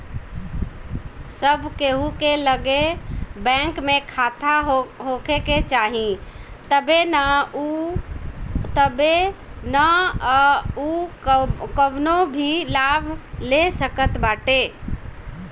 सब केहू के लगे बैंक में खाता होखे के चाही तबे नअ उ कवनो भी लाभ ले सकत बाटे